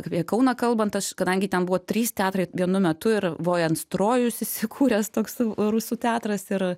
kauną kalbant aš kadangi ten buvo trys teatrai vienu metu ir vojens trojus įsikūręs toks rusų teatras ir